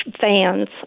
fans